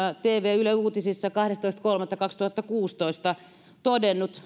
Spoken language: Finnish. tvn yle uutisissa kahdestoista kolmatta kaksituhattakuusitoista todennut